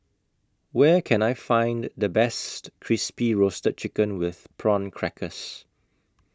Where Can I Find The Best Crispy Roasted Chicken with Prawn Crackers